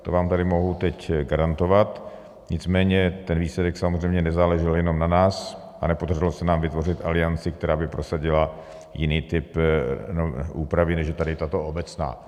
To vám tady mohu teď garantovat, nicméně výsledek samozřejmě nezáležel jenom na nás a nepodařilo se nám vytvořit alianci, která by prosadila jiný typ úpravy, než je tady tato obecná.